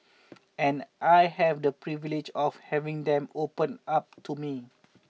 and I have the privilege of having them open up to me